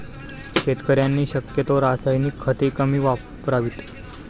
शेतकऱ्यांनी शक्यतो रासायनिक खते कमी वापरावीत